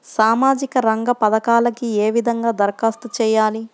సామాజిక రంగ పథకాలకీ ఏ విధంగా ధరఖాస్తు చేయాలి?